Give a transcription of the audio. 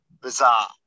bizarre